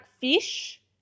fish